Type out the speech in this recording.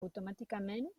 automàticament